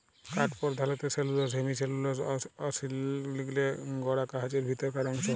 কাঠ পরধালত cellulose, hemicellulose অ লিগলিলে গড়া গাহাচের ভিতরকার অংশ